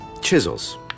chisels